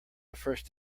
first